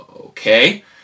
okay